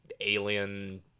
alien